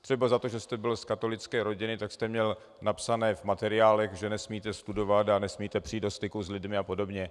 Třeba za to, že jste byl z katolické rodiny, tak jste měl napsané v materiálech, že nesmíte studovat a nesmíte přijít do styku s lidmi a podobně.